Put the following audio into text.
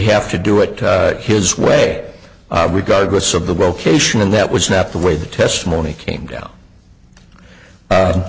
have to do it his way regardless of the location and that was not the way the testimony came down